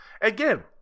Again